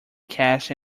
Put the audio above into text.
cache